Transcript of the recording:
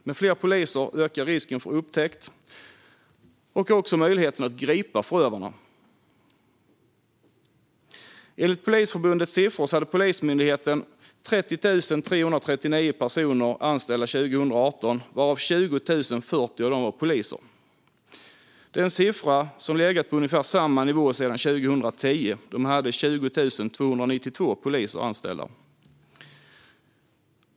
Med fler poliser ökar risken för upptäckt och likaså möjligheten att gripa förövarna. Enligt Polisförbundets siffror hade Polismyndigheten 30 339 personer anställda 2018, varav 20 040 var poliser. Det är en siffra som legat på ungefär samma nivå sedan 2010, då man hade 20 292 poliser anställda.